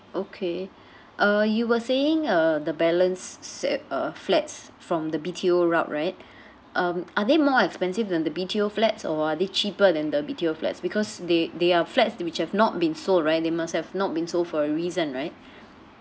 okay uh you were saying uh the balance s~ sa~ uh uh flats from the B_T_O route right um are they more expensive than the B_T_O flats or are they cheaper than the B_T_O flats because they they are flats which have not been sold right they must have not been sold for a reason right